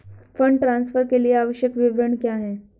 Fund transfer के लिए आवश्यक विवरण क्या हैं?